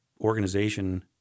organization